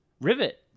Rivet